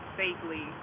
safely